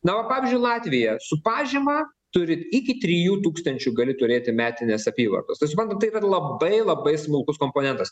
na o pavyzdžiuių latvija su pažyma turit iki trijų tūkstančių gali turėti metinės apyvartos tai suprantat yra labai labai smulkus komponentas